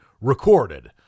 recorded